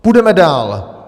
Půjdeme dál.